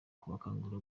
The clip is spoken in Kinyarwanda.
kubakangurira